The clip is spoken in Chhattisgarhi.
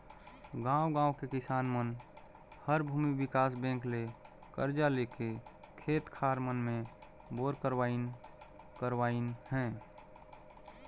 गांव गांव के किसान मन हर भूमि विकास बेंक ले करजा लेके खेत खार मन मे बोर करवाइन करवाइन हें